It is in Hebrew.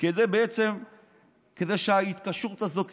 כדי שההתקשרות הזאת